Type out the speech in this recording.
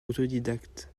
autodidacte